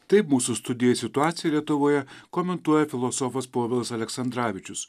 taip mūsų studija situaciją lietuvoje komentuoja filosofas povilas aleksandravičius